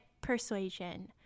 Persuasion